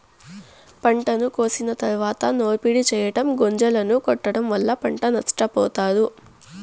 పంటను కోసిన తరువాత నూర్పిడి చెయ్యటం, గొంజలను కొట్టడం వల్ల పంట నష్టపోతారు